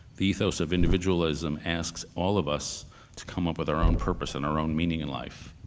the ethos of individualism asks all of us to come up with our own purpose and our own meaning in life.